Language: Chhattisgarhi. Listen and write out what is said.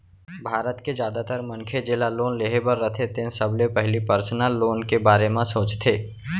भारत के जादातर मनखे जेला लोन लेहे बर रथे तेन सबले पहिली पर्सनल लोन के बारे म सोचथे